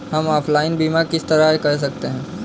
हम ऑनलाइन बीमा किस तरह कर सकते हैं?